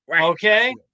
okay